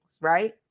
right